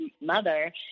mother